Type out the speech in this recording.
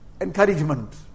encouragement